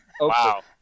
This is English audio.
Wow